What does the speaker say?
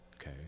okay